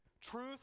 Truth